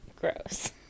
gross